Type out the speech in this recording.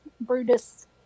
Brutus